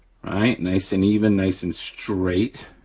i mean nice and even, nice and straight,